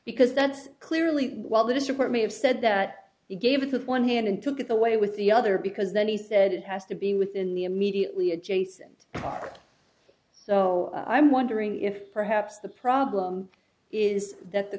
because that's clearly while this report may have said that he gave it to one hand and took it away with the other because then he said it has to be within the immediately adjacent talk so i'm wondering if perhaps the problem is that the